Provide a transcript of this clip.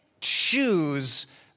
choose